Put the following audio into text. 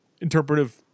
interpretive